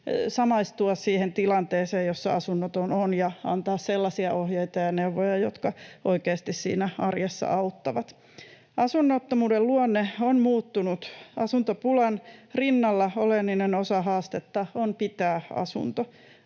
samaistua siihen tilanteeseen, jossa asunnoton on, ja antaa sellaisia ohjeita ja neuvoja, jotka oikeasti siinä arjessa auttavat. Asunnottomuuden luonne on muuttunut. Asuntopulan rinnalla oleellinen osa haastetta on pitää asunto.